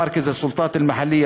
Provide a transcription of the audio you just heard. מרכז השלטון המקומי החליט,